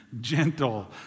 gentle